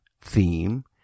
theme